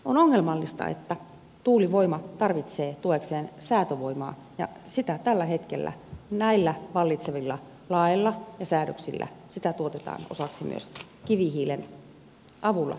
on ongelmallista että tuulivoima tarvitsee tuekseen säätövoimaa ja sitä tällä hetkellä näillä vallitsevilla laeilla ja säädöksillä tuotetaan osaksi myös kivihiilen avulla